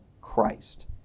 Christ